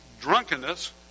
drunkenness